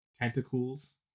tentacles